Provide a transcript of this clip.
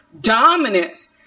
dominance